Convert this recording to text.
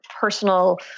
personal